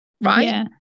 right